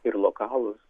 ir lokalūs